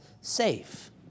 safe